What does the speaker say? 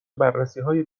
بررسیهای